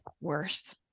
worse